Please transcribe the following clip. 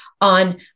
on